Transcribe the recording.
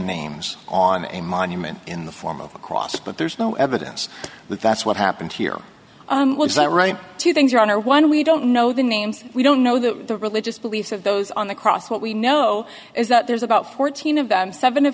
names on a monument in the form of a cross but there's no evidence that that's what happened here is that right two things your honor one we don't know the names we don't know the religious beliefs of those on the cross what we know is that there's about fourteen of them seven of